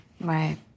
Right